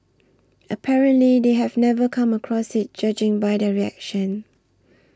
apparently they have never come across it judging by their reaction